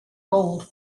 gold